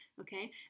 okay